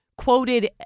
Quoted